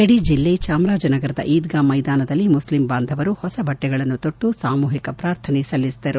ಗಡಿ ಜಿಲ್ಲೆ ಚಾಮರಾಜನಗರದ ಈದ್ಗಾ ಮೈದಾನದಲ್ಲಿ ಮುಸ್ಲಿಂ ಬಾಂಧವರು ಹೊಸ ಬಟ್ಟೆಗಳನ್ನು ತೊಟ್ಟು ಸಾಮೂಹಿಕ ಪ್ರಾರ್ಥನೆ ಸಲ್ಲಿಸಿದರು